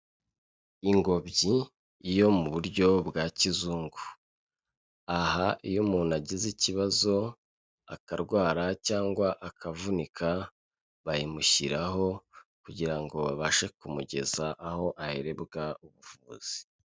Ingobyi yo mu buryo bwa kizungu. Aha iyo umuntu agize ikibazo akarwara cyangwa akavunika bayimushyiraho kugira ngo babashe kumugeza aho ahererwa ubuvuzi.